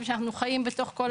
שאנחנו חיים בתוך כול